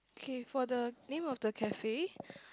okay for the name of the cafe